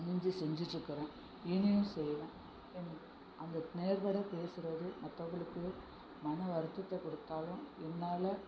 துணிந்து செஞ்சுட்ருக்கறோம் இனியும் செய்வேன் இந் அந்த நேர்பட பேசுவது மற்றவங்களுக்கு மன வருத்தத்தைக் கொடுத்தாலும் என்னால்